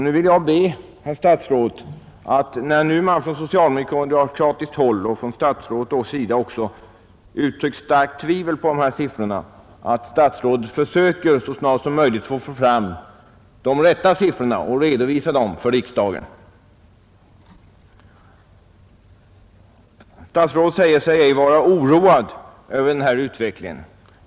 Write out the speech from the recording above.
Nu vill jag be herr statsrådet, eftersom man från socialdemokratiskt håll och från statsrådets sida uttryckt starkt tvivel på dessa siffror, att så snart som möjligt försöka få fram de rätta siffrorna och redovisa dem för riksdagen. Statsrådet säger sig ej vara oroad över utvecklingen.